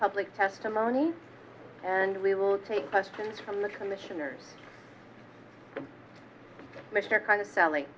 public testimony and we will take questions from the commissioners mr kind of sally